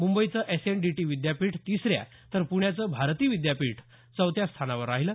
मुंबईचं S N D T विद्यापीठ तिसऱ्या तर पुण्याचं भारती विद्यापीठ चौथ्या स्थानावर राहिलं